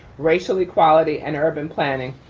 racial equality and urban planning.